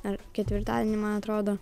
ar ketvirtadienį man atrodo